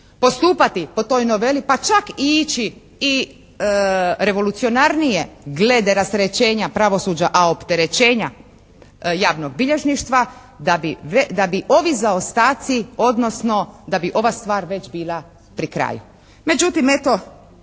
postupati po toj noveli, pa čak i ići i revolucionarnije glede rasterećenja pravosuđa, a opterećenja javnog bilježništva da bi ovi zaostaci odnosno da bi ova stvar već bila pri kraju.